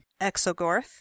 Exogorth